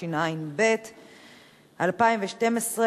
התשע"ב 2012,